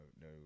no